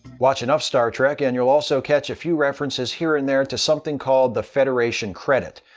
watch enough star trek and you'll also catch a few references here and there to something called the federation credit.